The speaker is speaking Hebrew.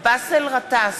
באסל גטאס,